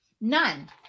None